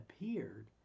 appeared